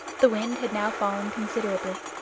the wind had now fallen considerably.